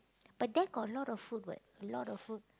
but there got a lot of food [what] a lot of food